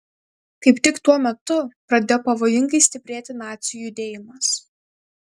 kaip tik tuo metu pradėjo pavojingai stiprėti nacių judėjimas